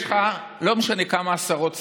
יש לך לא משנה כמה עשרות שרים,